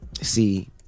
See